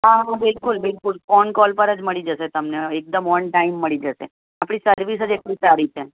હા હા બિલકુલ બિલકુલ ફોન કોલ પર જ મળી જશે તમને એકદમ ઓન ટાઈમ મળી જશે આપણી સર્વિસ જ એટલી સારી છે